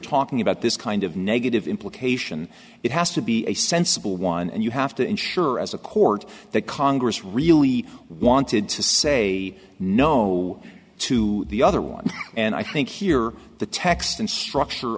talking about this kind of negative implication it has to be a sensible one and you have to ensure as a court that congress really wanted to say no to the other one and i think here the text and structure